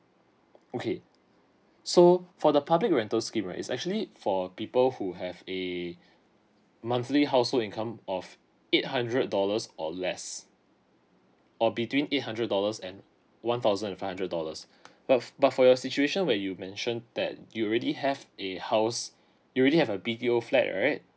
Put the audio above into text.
okay so for the public rental scheme right is actually for people who have a monthly household income of eight hundred dollars or less or between eight hundred dollars and one thousand and five hundred dollars well f~ but for your situation where you mention that you already have a house you really have a B_T_O flat right